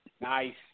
Nice